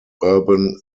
urban